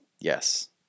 Yes